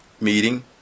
meeting